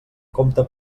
compte